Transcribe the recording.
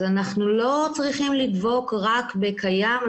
אנחנו לא צריכים לדבוק רק בקיים,